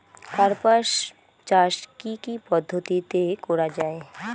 কার্পাস চাষ কী কী পদ্ধতিতে করা য়ায়?